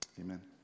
Amen